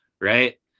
right